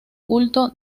culto